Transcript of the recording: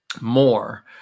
more